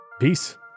Peace